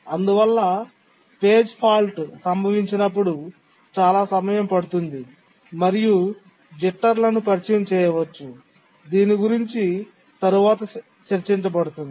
అందువల్ల పేజీ లోపం సంభవించినప్పుడు చాలా సమయం పడుతుంది మరియు జిట్టర్లను పరిచయం చేయవచ్చు దీని గురించి తరువాత చర్చించబడుతుంది